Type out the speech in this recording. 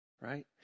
right